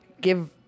Give